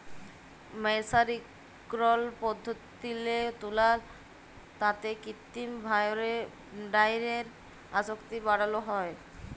মের্সারিকরল পদ্ধতিল্লে তুলার তাঁতে কিত্তিম ভাঁয়রে ডাইয়ের আসক্তি বাড়ালো হ্যয়